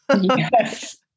Yes